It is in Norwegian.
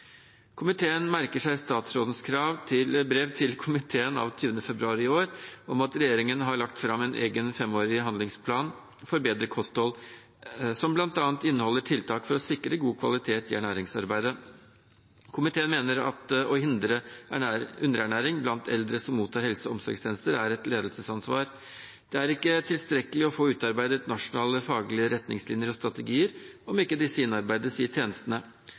Komiteen merker seg statsrådens brev til komiteen av 20. februar i år om at regjeringen har lagt fram en egen femårig handlingsplan for bedre kosthold, som bl.a. inneholder tiltak for å sikre god kvalitet i ernæringsarbeidet. Komiteen mener at å hindre underernæring blant eldre som mottar helse- og omsorgstjenester, er et ledelsesansvar. Det er ikke tilstrekkelig å få utarbeidet nasjonale faglige retningslinjer og strategier om disse ikke innarbeides i tjenestene.